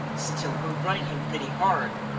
still, we're running him pretty hard!